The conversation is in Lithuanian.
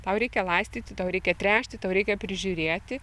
tau reikia laistyti tau reikia tręšti tau reikia prižiūrėti